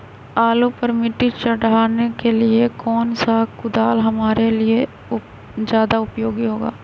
आलू पर मिट्टी चढ़ाने के लिए कौन सा कुदाल हमारे लिए ज्यादा उपयोगी होगा?